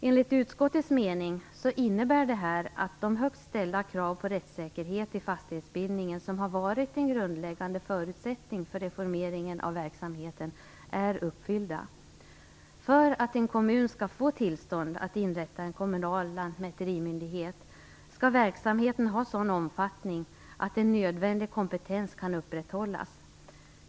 Enligt utskottets mening innebär det här att de högt ställda krav på rättssäkerhet i fastighetsbildningen som har varit en grundläggande förutsättning för reformeringen av verksamheten är uppfyllda. För att en kommun skall få tillstånd att inrätta en kommunal lantmäterimyndighet skall verksamheten ha sådan omfattning att en nödvändig kompetens kan upprätthållas.